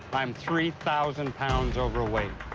i'm three thousand pounds overweight.